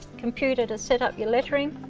computer to set up your lettering.